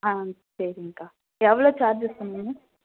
ஆ சரிங்கக்கா எவ்வளோ சார்ஜஸ் பண்ணுவீங்கள்